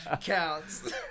counts